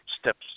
steps